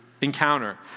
encounter